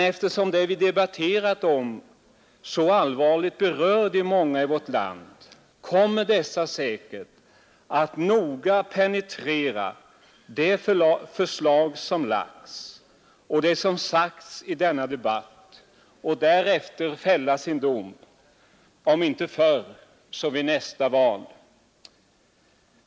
Eftersom det vi debatterat så allvarligt berör de många i vårt land, kommer dessa säkert att noga penetrera de förslag som framlagts och det som sagts i denna debatt och därefter fälla sin dom, om inte förr så vid nästa val.